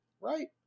right